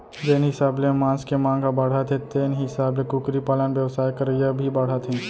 जेन हिसाब ले मांस के मांग ह बाढ़त हे तेन हिसाब ले कुकरी पालन बेवसाय करइया भी बाढ़त हें